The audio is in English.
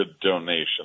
donation